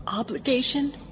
obligation